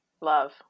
Love